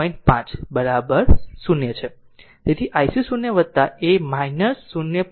છે તેથી ic 0 એ 0